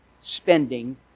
spending